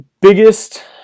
Biggest